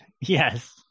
Yes